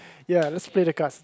ya let's pay the cards